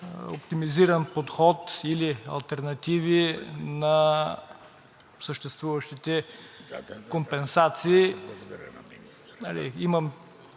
оптимизиран подход или алтернативи на съществуващите компенсации.